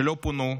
שלא פונו,